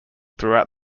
throughout